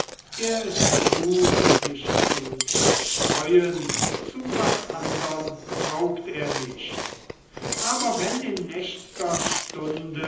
er ist gut sich zu zerstreuen zu was anderm taugt er nicht aber wenn in nächt'ger stunde